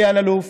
אלי אלאלוף,